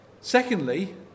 secondly